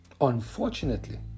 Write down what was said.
Unfortunately